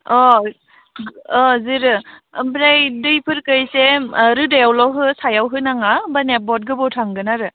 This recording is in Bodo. अ जोरो ओमफ्राय दैफोरखो एसे रोदायावल' हो सायाव होनाङा होनब्लानिया बहुद गोबाव थांगोन आरो